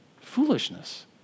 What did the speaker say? Foolishness